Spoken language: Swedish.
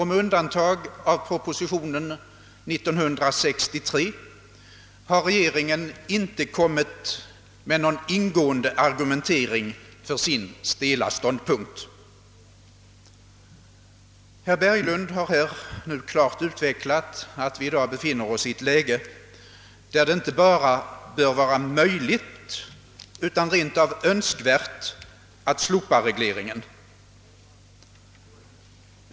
Med undantag av propositionen år 1963 har regeringen inte presenterat någon ingående argumentering för sin stela ståndpunkt. Herr Berglund har klart utvecklat att vi i dag befinner oss i ett läge där det inte bara bör vara möjligt utan även rent av Önskvärt att slopa regleringen.